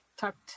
tucked